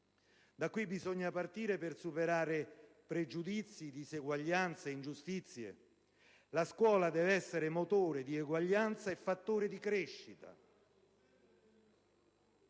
da qui bisogna partire per superare pregiudizi, disuguaglianze, ingiustizie: la scuola deve essere motore di eguaglianza e fattore di crescita.